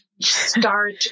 start